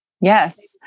yes